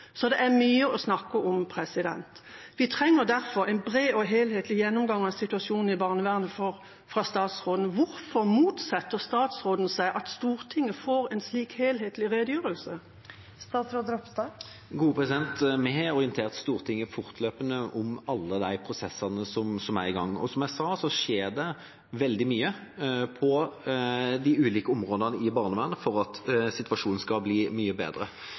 Så det er mye å snakke om. Vi trenger derfor en bred og helhetlig gjennomgang av situasjonen i barnevernet fra statsråden. Hvorfor motsetter statsråden seg at Stortinget får en slik helhetlig redegjørelse? Vi har orientert Stortinget fortløpende om alle de prosessene som er i gang. Som jeg sa, skjer det veldig mye på de ulike områdene i barnevernet for at situasjonen skal bli mye bedre.